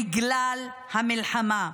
בגלל המלחמה.